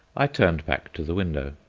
i turned back to the window.